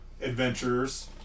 adventures